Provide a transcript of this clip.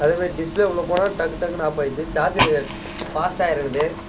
அதேமாதிரி டிஸ்பிளேக்குள்ளே போனால் டக்கு டக்குன்னு ஆஃப் ஆயிடுது சார்ஜரு ஃபாஸ்ட்டாக இறங்குது